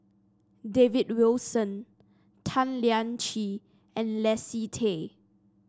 David Wilson Tan Lian Chye and Leslie Tay